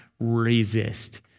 resist